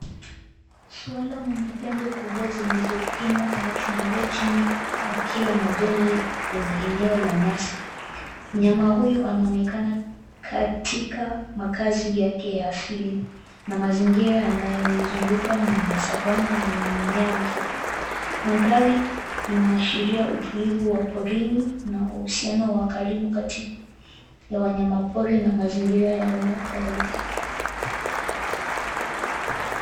Swara mwenye pembe kubwa zilizopinda anachungulia chini akila majani kwenye eneo la nyasi. Mnyama huyu anaonekana katika makazi yake ya asili na mazingira yanayoizunguka ni ya savannah yenye mimea mifupi. Mandhari inaashiria utulivu wa porini na uhusiano wa karibu kati ya wanyama pori na mazingira yao ya kawaida.